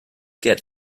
get